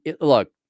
look